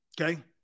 Okay